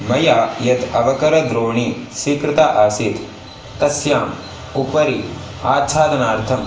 मया यद् अवकरद्रोणी स्वीकृता आसीत् तस्याम् उपरि आच्छादनार्थम्